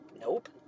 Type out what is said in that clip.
Nope